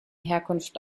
herkunft